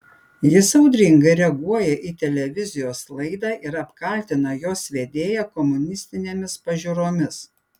jis audringai reaguoja į televizijos laidą ir apkaltina jos vedėją komunistinėmis pažiūromis